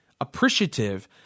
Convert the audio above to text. appreciative